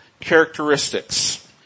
characteristics